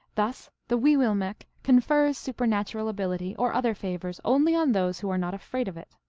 thus the weeiuillmekq confers supernatural ability or other favors only on those who are not afraid of it.